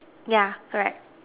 yeah correct